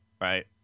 right